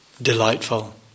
Delightful